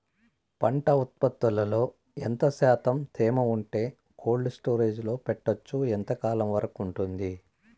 పంట ఉత్పత్తులలో ఎంత శాతం తేమ ఉంటే కోల్డ్ స్టోరేజ్ లో పెట్టొచ్చు? ఎంతకాలం వరకు ఉంటుంది